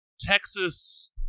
Texas